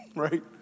right